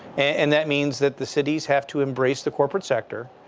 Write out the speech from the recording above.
and that means that the cities have to embrace the corporate sector.